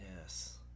Yes